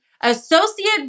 Associate